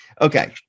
Okay